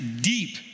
deep